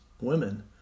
women